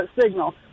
signal